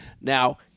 Now